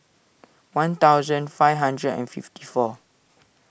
one thousand five hundred and fifty four